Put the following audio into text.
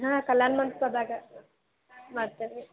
ಹಾಂ ಕಲ್ಯಾಣ ಮಂಟಪದಾಗ ಮಾಡ್ತಾರೆ ರೀ